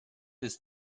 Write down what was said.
ist